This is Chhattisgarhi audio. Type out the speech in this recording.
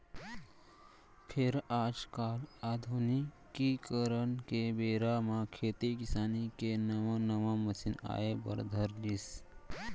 फेर आज काल आधुनिकीकरन के बेरा म खेती किसानी के नवा नवा मसीन आए बर धर लिस